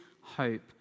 hope